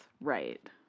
Right